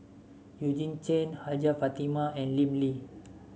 Eugene Chen Hajjah Fatimah and Lim Lee